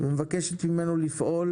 ומבקשת ממנו לפעול